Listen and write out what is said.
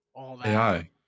AI